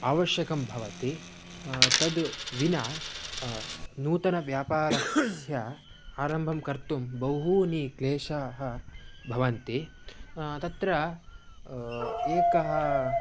आवश्यकं भवति तेन विना नूतनव्यापारस्य आरम्भं कर्तुं बहवः क्लेशाः भवन्ति तत्र एकम्